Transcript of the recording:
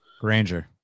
Granger